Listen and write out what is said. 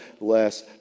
less